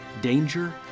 danger